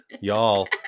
y'all